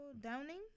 Downing